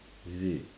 is it